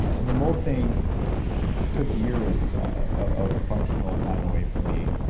the mold thing took years of functional time away for me,